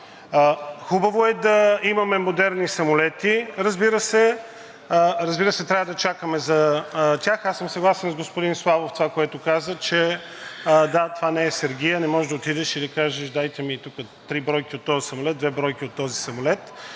Хубаво е да имаме модерни самолети, разбира се. Разбира се, трябва да чакаме за тях. Съгласен съм с господин Славов и това, което каза, че да, това не е сергия, не можеш да отидеш и да кажеш: дайте ми тук три бройки от тези самолет, две бройки от този самолет.